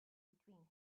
between